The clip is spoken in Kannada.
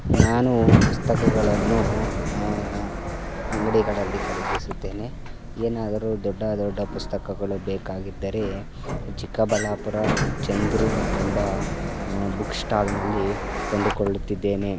ನಾನು ಪುಸ್ತಕಗಳನ್ನು ಅಂಗಡಿಗಳಲ್ಲಿ ಖರೀದಿಸುತ್ತೇನೆ ಏನಾದರು ದೊಡ್ಡ ದೊಡ್ಡ ಪುಸ್ತಕಗಳು ಬೇಕಾಗಿದ್ದರೆ ಚಿಕ್ಕಬಳ್ಳಾಪುರ ಚಂದ್ರು ಎಂಬ ಬುಕ್ಶ್ಟಾಲ್ನಲ್ಲಿ ಕೊಂಡುಕೊಳ್ಳುತ್ತಿದ್ದೇನೆ